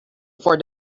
for